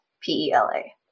P-E-L-A